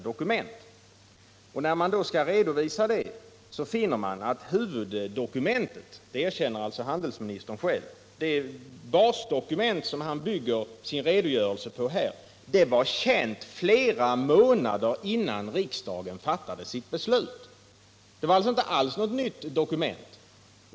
Om Interamerikan Och när de sedan skall redovisas finner man att huvuddokumentet, det — ska utvecklingsbanbasdokument som handelsministern bygger sin redogörelse på här — det — kens utlåerkänner han själv — var känt flera månader innan riksdagen fattade = ningspolitik sitt beslut. Det var således inte alls något nytt dokument.